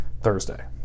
Thursday